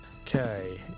okay